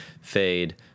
fade